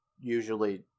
usually